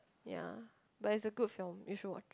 ya but it's a good film you should watch